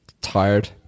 tired